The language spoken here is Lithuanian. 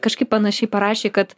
kažkaip panašiai parašė kad